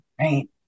right